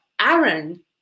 Aaron